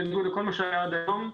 בניגוד למה שהיה עד היום,